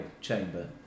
chamber